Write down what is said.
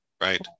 right